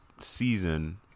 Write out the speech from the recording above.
season